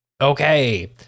okay